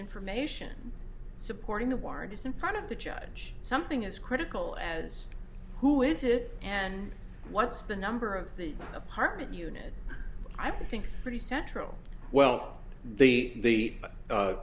information supporting the warrant is in front of the judge something as critical as who is it and what's the number of the apartment unit i think it's pretty central well the